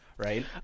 Right